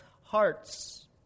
hearts